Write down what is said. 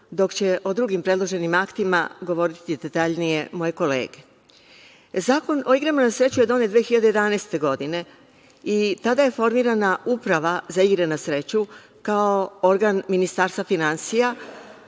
dok će o drugim predloženim aktima govoriti detaljnije moje kolege. Zakon o igrama na sreću je donet 2011. godine i tada je formirana Uprava za igre na sreću kao organ Ministarstva finansija,